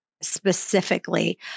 specifically